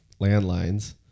landlines